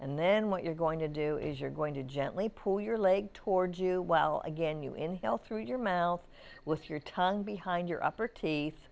and then what you're going to do is you're going to gently pull your leg toward you well again you inhale through your mouth with your tongue behind your upper teeth